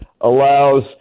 allows